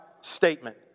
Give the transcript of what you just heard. statement